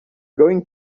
going